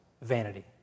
vanity